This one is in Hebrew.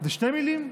זה שתי מילים?